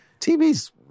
TV's